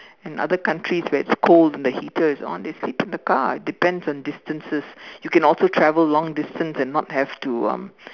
and other countries where it's cold and the heater is on they sleep in the car but depends on distances you can also travel long distance and not have to um